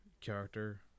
character